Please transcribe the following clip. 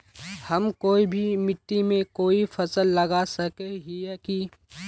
हम कोई भी मिट्टी में कोई फसल लगा सके हिये की?